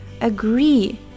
agree